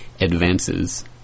advances